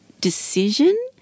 decision